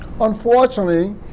Unfortunately